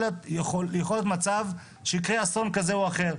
יכול להיות מצב שיקרה אסון כזה או אחר,